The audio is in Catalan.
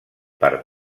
per